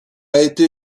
été